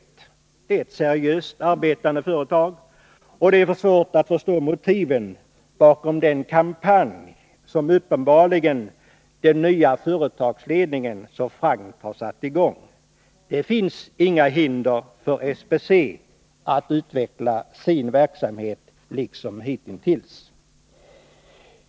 Det är ett seriöst arbetande företag, och det är svårt att förstå motiven bakom den kampanj som uppenbarligen den nya företagsledningen så frankt har satt i gång. Det finns inga hinder för SBC att utveckla sin verksamhet liksom hitintills.